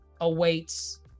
awaits